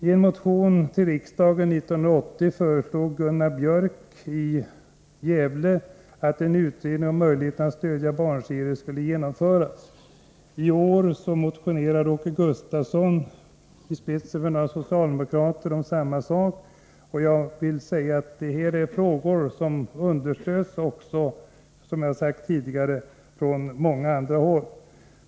I en motion till riksdagen 1980 föreslog Gunnar Björk i Gävle att en utredning om möjligheterna att stödja bra barnserier skulle genomföras. I år motionerade Åke Gustavsson i spetsen för några socialdemokrater om samma sak. Detta är, som jag sagt tidigare, sådant som understöds också från många andra håll.